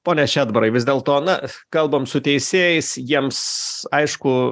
pone šedbarai vis dėlto na kalbam su teisėjais jiems aišku